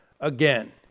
again